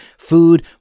Food